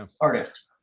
artist